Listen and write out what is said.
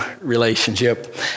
relationship